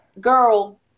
girl